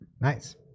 Nice